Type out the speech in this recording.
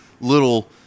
little